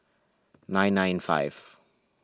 nine nine five